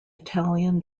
italian